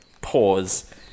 pause